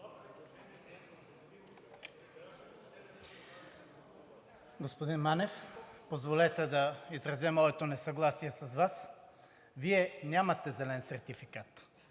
Господин Манев, позволете да изразя моето несъгласие с Вас. Вие нямате зелен сертификат.